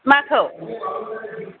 माखौ